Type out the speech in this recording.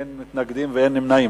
אין מתנגדים ואין נמנעים.